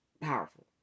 powerful